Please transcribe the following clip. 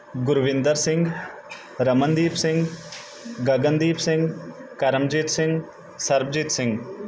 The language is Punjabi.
ਗੁਰਵਿੰਦਰ ਸਿੰਘ ਰਮਨਦੀਪ ਸਿੰਘ ਗਗਨਦੀਪ ਸਿੰਘ ਕਰਮਜੀਤ ਸਿੰਘ ਸਰਬਜੀਤ ਸਿੰਘ